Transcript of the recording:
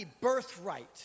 birthright